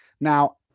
now